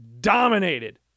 dominated